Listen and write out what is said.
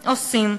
עושים.